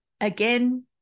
again